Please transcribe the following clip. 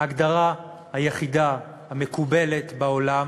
ההגדרה היחידה המקובלת בעולם,